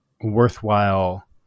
worthwhile